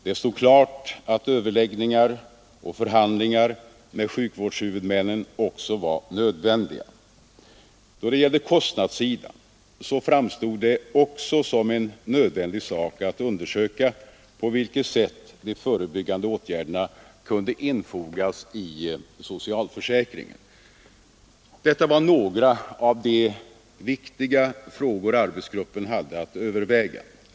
Det stod klart att överläggningar och förhandlingar med sjukvårdshuvudmännen också var nödvändiga. När det gällde kostnadssidan framstod det även som en nödvändig sak att undersöka på vilket sätt de förebyggande åtgärderna kunde infogas i socialförsäkringen. Detta var några av de angelägna frågor arbetsgruppen hade att överväga.